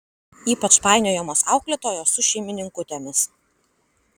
ypač painiojamos auklėtojos su šeimininkutėmis